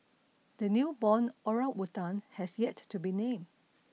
the newborn orangutan has yet to be named